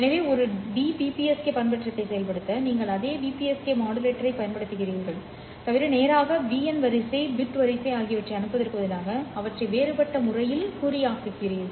எனவே ஒரு டிபிபிஎஸ்கே பண்பேற்றத்தை செயல்படுத்த நீங்கள் அதே பிபிஎஸ்கே மாடுலேட்டரைப் பயன்படுத்துகிறீர்கள் தவிர நேராக பிஎன் வரிசை பிட் வரிசை ஆகியவற்றை அனுப்புவதற்கு பதிலாக அவற்றை வேறுபட்ட முறையில் குறியாக்குகிறீர்கள்